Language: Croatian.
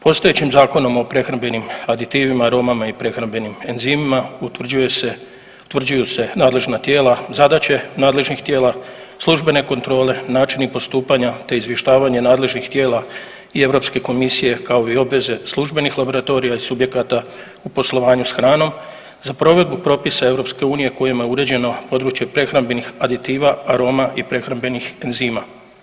Postojećim Zakonom o prehrambenim aditivima, aroma i prehrambenim enzimima utvrđuje se, utvrđuju se nadležna tijela, zadaće nadležnih tijela, službene kontrole, načini postupanja te izvještavanje nadležnih tijela i Europske komisije kao i obveze službenih laboratorija i subjekata u poslovanju s hranom za provedbu propisa EU kojima je uređeno područje prehrambenih aditiva, aroma i prehrambenih enzima.